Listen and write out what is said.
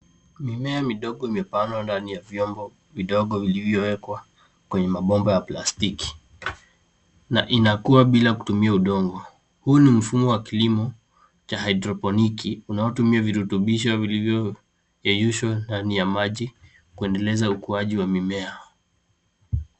Mimea midogo imepandwa ndani ya vyombo vidogo vilivyowekwa kwenye mabomba ya plastiki na inakua bila kutumia udogo. Huu ni mfumo wa kilimo cha hydroponiki unaotumia virutubisho vilivyoyeyushwa ndani ya maji kuendeleza ukuaji wa mimea.